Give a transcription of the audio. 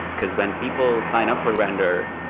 because when people sign up for render,